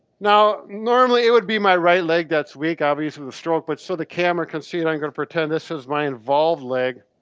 now normally it would be my right leg, that's weak obviously, the stroke, but so the camera can see it, i'm gonna pretend this is my involved leg,